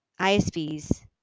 ISVs